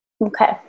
Okay